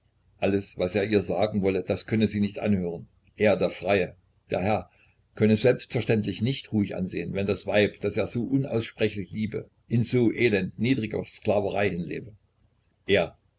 alles was er ihr sagen wolle das könne sie nicht anhören er der freie der herr könne selbstverständlich nicht ruhig ansehen wenn das weib das er so unaussprechlich liebe in so elend niedriger sklaverei hinlebe er